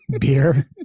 Beer